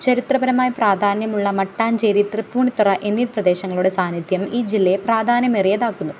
ചരിത്ര പരമായ പ്രാധാന്യമുള്ള മട്ടാഞ്ചേരി തൃപ്പൂണിത്തുറ എന്നീ പ്രദേശങ്ങളുടെ സാന്നിധ്യം ഈ ജില്ലയെ പ്രാധാന്യമേറിയതാക്കുന്നു